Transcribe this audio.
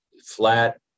flat